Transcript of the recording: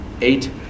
eight